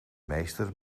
meester